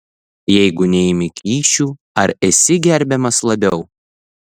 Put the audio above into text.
jeigu neimi kyšių ar esi gerbiamas labiau